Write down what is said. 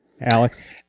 Alex